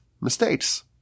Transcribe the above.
mistakes